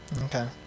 Okay